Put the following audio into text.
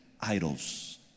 idols